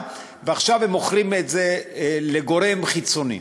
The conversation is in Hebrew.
ועכשיו הם מוכרים את זה לגורם חיצוני.